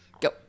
go